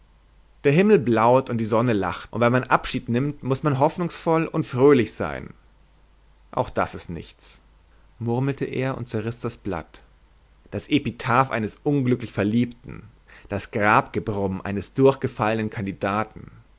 der himmel blaut und die sonne lacht und wenn man abschied nimmt muß man hoffnungsvoll und fröhlich sein auch das ist nichts murmelte er und zerriß das blatt das epitaph eines unglücklich verliebten das grabgebrumm eines durchgefallenen kandidaten